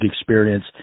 experience